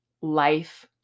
life